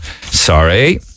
Sorry